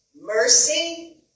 mercy